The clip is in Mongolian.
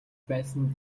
байсан